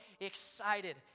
excited